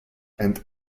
and